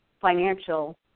financial